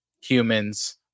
humans